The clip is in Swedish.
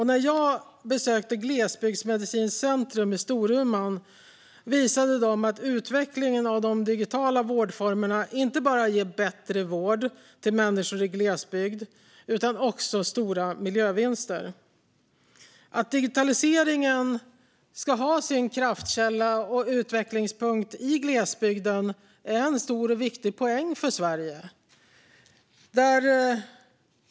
När jag besökte Glesbygdsmedicinskt centrum i Storuman visade de att utvecklingen av de digitala vårdformerna inte bara ger bättre vård till människor i glesbygd utan också större miljövinster. Att digitaliseringen ska ha sin kraftkälla och utvecklingspunkt i glesbygden är en stor och viktig poäng för Sverige.